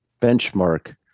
benchmark